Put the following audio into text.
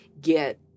get